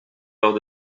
lors